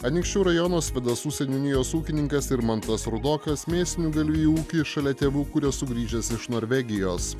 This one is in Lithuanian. anykščių rajono svėdasų seniūnijos ūkininkas irmantas rudokas mėsinių galvijų ūkį šalia tėvų kuria sugrįžęs iš norvegijos